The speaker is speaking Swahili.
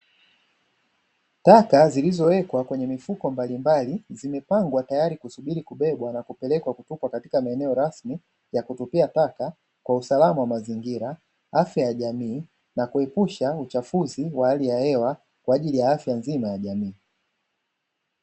Taka zilizowekwa kwenye mifuko mbalimbali, zimepangwa tayari kusubiri kubebwa na kupelekwa kutupwa katika maeneo rasmi ya kutupia taka, kwa usalama wa mazingira, afya ya jamii na kuepusha uchafuzi wa hali ya hewa kwa ajili ya afya nzima ya jamii.